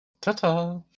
Ta-ta